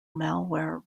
malware